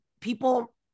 people